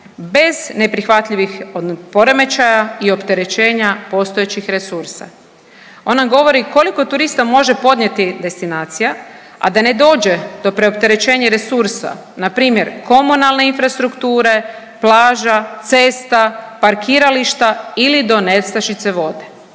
bez neprihvatljivih poremećaja i opterećenja postojećih resursa. On nam govori koliko turista može podnijeti destinacija, a da ne dođe do preopterećenja resursa, npr. komunalne infrastrukture, plaža, cesta, parkirališta ili do nestašice vode,